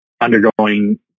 undergoing